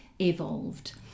evolved